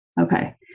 Okay